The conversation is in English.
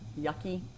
yucky